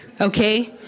okay